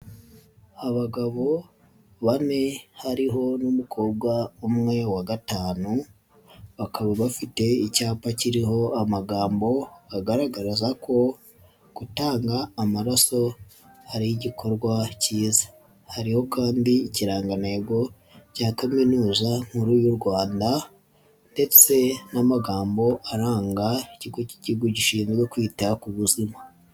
Abagabo bane hariho n'umukobwa umwe wa gatanu bakaba bafite icyapa kiriho amagambo agaragaza ko gutanga amaraso ari igikorwa kiza, hariho kandi ikirangantego cya Kaminuza nkuru y'u Rwanda ndetse n'amagambo aranga ikigo k'Igihugu gishinzwe kwita ku buzima.